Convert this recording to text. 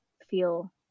feel